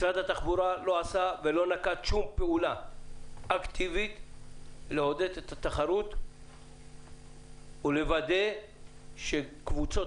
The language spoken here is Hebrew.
משרד התחבורה לא נקט שום פעולה אקטיבית לעודד את התחרות ולוודא שקבוצות